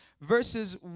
verses